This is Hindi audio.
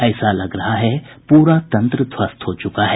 ऐसा लग रहा है पूरा तंत्र ध्वस्त हो चुका है